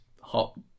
hot